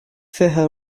fiche